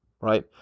right